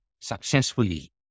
successfully